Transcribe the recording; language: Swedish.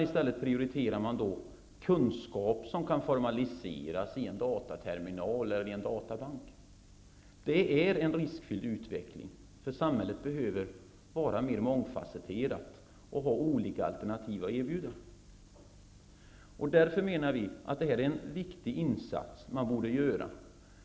I stället prioriterar man kunskap som kan formaliseras i en dataterminal eller en databank. Det är en riskfylld utveckling, för samhället behöver vara mer mångfasetterat och ha olika alternativ att erbjuda. Därför menar vi att det här är en viktig insats som man borde göra.